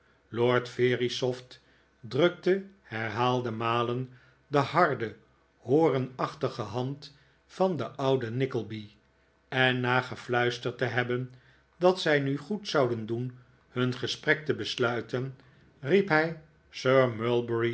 lord verisopht drukte herhaalde malen de harde hoornachtige hand van den ouden nickleby en na gefluisterd te hebben dat zij nu goed zouden doen hun gesprek te besluiten riep hij